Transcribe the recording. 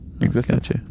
existence